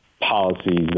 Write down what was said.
policies